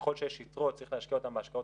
שככל שיש יתרות צריך להשקיע אותם בהשקעות